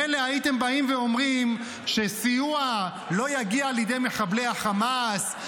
מילא הייתם באים ואומרים שסיוע לא יגיע לידי מחבלי החמאס,